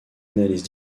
analyse